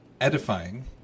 edifying